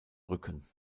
rücken